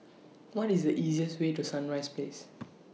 What IS The easiest Way to Sunrise Place